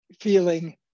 feeling